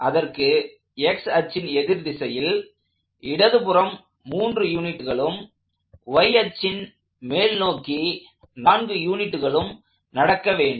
அதற்கு x அச்சின் எதிர்திசையில் இடதுபுறம் 3 யூனிட்களும் y அச்சில் மேல்நோக்கி 4 யூனிட்களும் நடக்க வேண்டும்